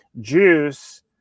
juice